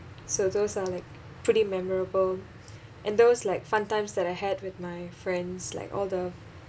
so those are like pretty memorable and those like fun times that I had with my friends like all the